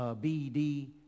B-D